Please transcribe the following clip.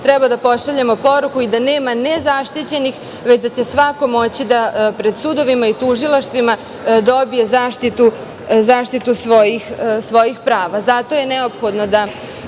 treba da pošaljemo poruku da nema nezaštićenih, već da će svako moći pred sudovima i tužilaštvima da dobije zaštitu svojih prava. Zato je neophodno da